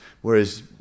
whereas